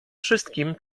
wszystkim